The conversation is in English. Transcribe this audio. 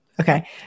Okay